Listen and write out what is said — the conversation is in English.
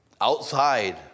Outside